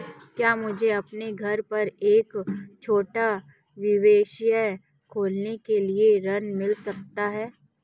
क्या मुझे अपने घर पर एक छोटा व्यवसाय खोलने के लिए ऋण मिल सकता है?